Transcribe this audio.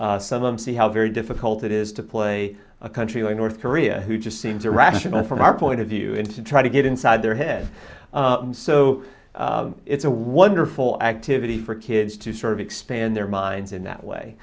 some of them see how very difficult it is to play a country like north korea who just seems irrational from our point of view and to try to get inside their head so it's a wonderful activity for kids to sort of expand their minds in that way